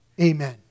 Amen